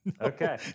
okay